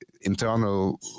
internal